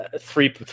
Three